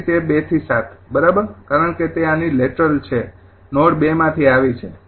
તેથી તે ૨ થી ૭ છે બરાબર કારણ કે તે આ ની લેટરલ છે નોડ ૨ માંથી આવી છે